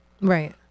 Right